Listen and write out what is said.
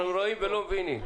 אנחנו רואים ולא מבינים.